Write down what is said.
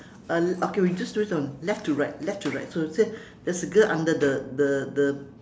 uh okay we just do it on left to right left to right so it say there is a girl under the the the